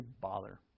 bother